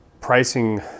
pricing